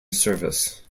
service